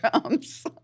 drums